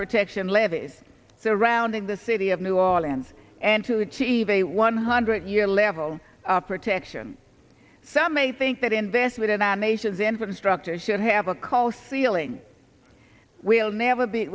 protection levees surrounding the city of new orleans and to achieve a one hundred year level of protection some may think that investment in our nation's infrastructure should have a cost ceiling will never be